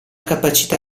capacità